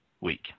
week